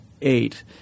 eight